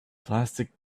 plastic